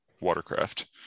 watercraft